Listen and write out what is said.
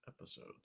Episodes